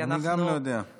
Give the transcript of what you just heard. גם אני לא יודע.